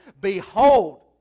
behold